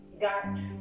got